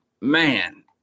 man